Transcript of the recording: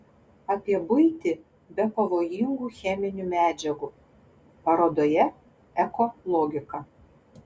apie buitį be pavojingų cheminių medžiagų parodoje eko logika